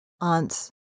aunts